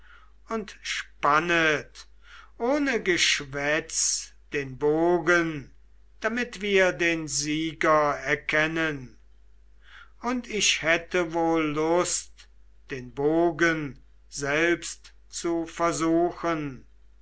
und spannet ohne geschwätz den bogen damit wir den sieger erkennen und ich hätte wohl lust den bogen selbst zu versuchen